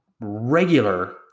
regular